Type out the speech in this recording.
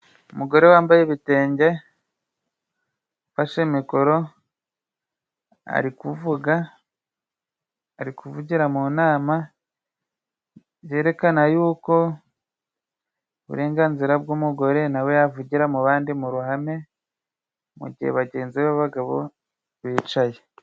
Umugore wambaye ibitenge ufashe mikoro ari kuvuga, ari kuvugira mu nama yerekana y'uko uburenganzira bw'umugore nawe yavugira mu bandi mu ruhame mu gihe bagenzi b'abagabo bicaye.